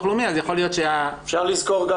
לאומי יכול להיות שאפשר --- צריך לזכור גם